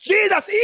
Jesus